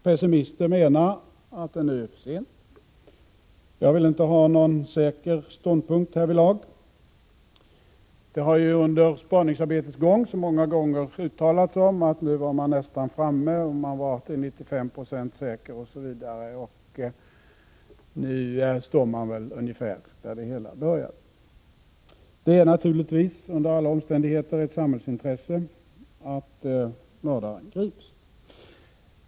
Pessimister menar att det nu är för sent. Jag vill inte uttala någon säker ståndpunkt därvidlag. Det har under spaningsarbetets gång många gånger sagts att nu var man nästan framme, nu var man till 95 96 säker osv. Nu står man ungefär där det hela började. Det är under alla omständigheter ett samhällsintresse att mördaren grips.